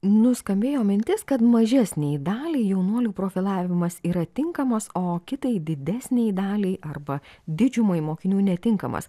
nuskambėjo mintis kad mažesnei daliai jaunuolių profilavimas yra tinkamas o kitai didesnei daliai arba didžiumai mokinių netinkamas